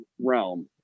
realm